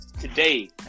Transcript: today